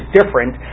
different